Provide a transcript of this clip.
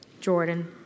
Jordan